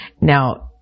Now